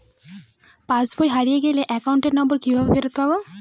পাসবই হারিয়ে গেলে account number কিভাবে ফেরত পাব?